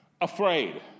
afraid